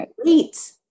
great